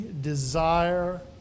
desire